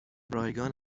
رایگان